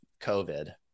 COVID